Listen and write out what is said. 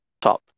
Top